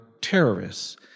terrorists